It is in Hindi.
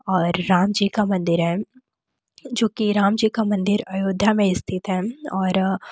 और राम जी का मंदिर है जो की राम जी का मंदिर अयोध्या में स्थित है और